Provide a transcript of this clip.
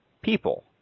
people